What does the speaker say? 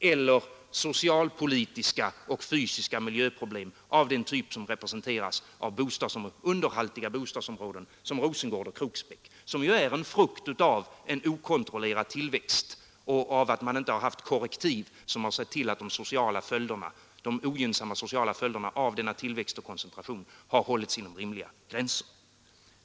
De socialpolitiska och fysiska miljöproblemen representeras också av den typen av underhaltiga bostadsområden som Rosengård och Kroksbäck, båda frukten av att man saknat korrektiv och att man inte kunnat hålla de ogynnsamma sociala följderna av denna tillväxt och koncentration inom rimliga gränser.